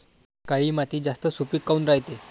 काळी माती जास्त सुपीक काऊन रायते?